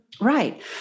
Right